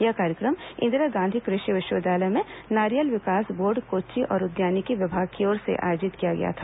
यह कार्यक्रम इंदिरा गांधी कृषि विश्वविद्यालय में नारियल विकास बोर्ड कोच्चि और उद्यानिकी विभाग की ओर से आयोजित किया गया था